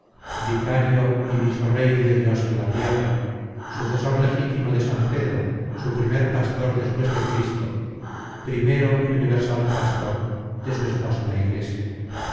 rio y visorey de dios en la tierra sucesor legítimo de san pedro su primer pastor despues de jesucristo primero y universal pastor de su esposa la iglesia